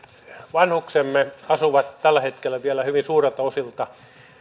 vanhuksemme asuvat tällä hetkellä vielä hyvin suurelta osin